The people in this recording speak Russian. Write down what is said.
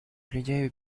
людей